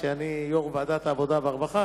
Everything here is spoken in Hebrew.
שאני יושב-ראש ועדת העבודה והרווחה,